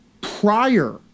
prior